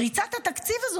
פריצת התקציב הזאת